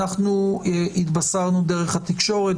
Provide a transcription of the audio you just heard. אנחנו התבשרנו דרך התקשורת,